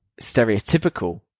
stereotypical